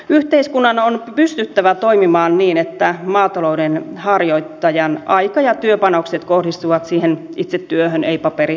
yhteiskunnan on pystyttävä toimimaan niin että maatalouden harjoittajan aika ja työpanokset kohdistuvat siihen itse työhön ei paperisotaan